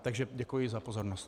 Takže děkuji za pozornost.